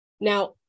Now